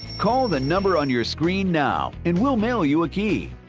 call the number on your screen now, and we'll mail you a key.